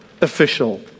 official